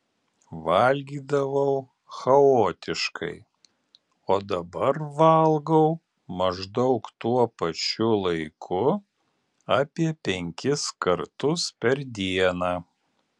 valgydavau chaotiškai o dabar valgau maždaug tuo pačiu laiku apie penkis kartus per dieną